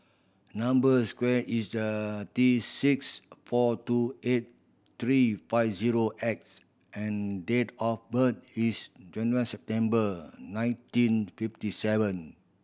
number square is a T six four two eight three five zero X and date of birth is twenty one September nineteen fifty seven